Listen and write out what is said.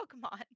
Pokemon